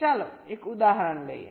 ચાલો એક ઉદાહરણ લઈએ